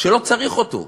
שלא צריך אותו?